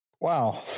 Wow